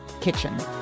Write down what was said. kitchen